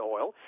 oil